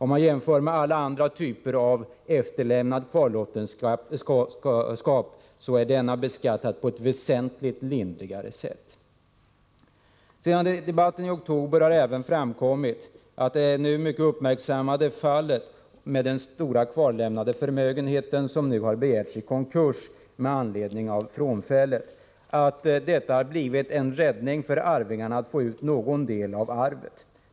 Man finner att alla andra typer av kvarlåtenskap är beskattade på ett väsentligt lindrigare sätt. Sedan debatten i oktober har även framkommit i fråga om det mycket uppmärksammade fallet med den stora kvarlämnade förmögenheten, att det faktum att dödsboet begärts i konkurs har blivit en räddning för arvingarna, så att de får ut någon del av arvet.